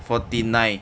forty nine